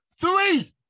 Three